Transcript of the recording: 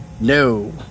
No